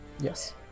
Yes